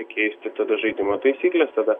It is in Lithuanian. pakeisti tada žaidimo taisykles tada